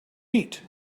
eat